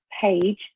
page